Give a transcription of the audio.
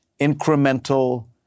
incremental